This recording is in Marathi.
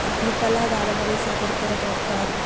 आपली कला गावामध्ये सादर करत असतात